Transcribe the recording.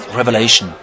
revelation